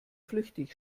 flüchtig